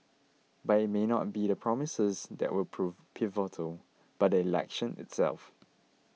but it may not be the promises that will prove pivotal but the election itself